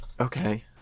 Okay